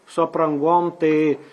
su aprangom tai